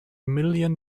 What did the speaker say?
million